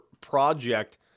project